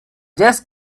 just